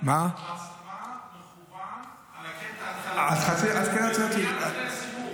המצלמה מכוונת לקטע --- וזה מייד אחרי הסיבוב.